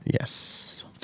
yes